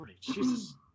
Jesus